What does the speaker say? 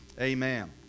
Amen